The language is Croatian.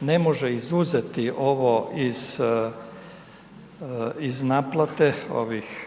ne može izuzeti ovo iz naplate ovih,